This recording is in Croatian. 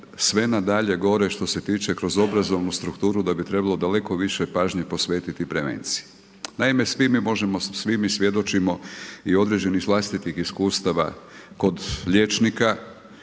sve na dalje gore što se tiče kroz obrazovnu strukturu da bi trebalo daleko više pažnje posvetiti prevenciji. Naime, svi mi možemo, svi mi svjedočimo i određeni iz vlastitih iskustava kod liječnika,